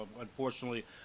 Unfortunately